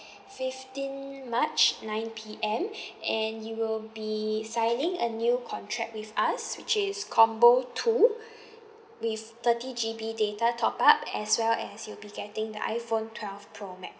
fifteen march nine P_M and you will be signing a new contract with us which is combo two with thirty G_B data top up as well as you'll be getting the iphone twelve pro max